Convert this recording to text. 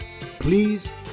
please